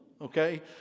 Okay